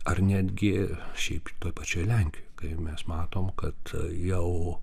ar netgi šiaip toj pačioj lenkijoj kai mes matom kad jau